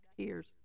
tears